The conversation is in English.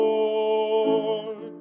Lord